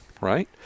right